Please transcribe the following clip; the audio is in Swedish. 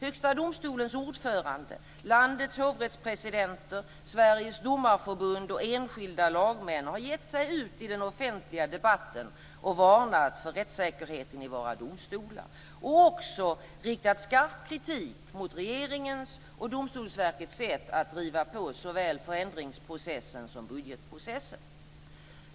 Högsta domstolens ordförande, landets hovrättspresidenter, Sveriges domarförbund och enskilda lagmän har gett sig ut i den offentliga debatten och varnat för att rättssäkerheten i våra domstolar är i fara. Man har också riktat skarp kritik mot regeringens och Domstolsverkets sätt att driva på såväl förändringsprocessen som budgetprocessen.